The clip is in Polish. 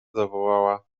zawołała